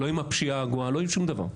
לא עם הפשיעה הגואה לא עם שום דבר.